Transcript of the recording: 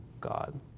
God